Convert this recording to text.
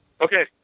okay